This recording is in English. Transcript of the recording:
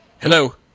Hello